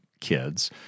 kids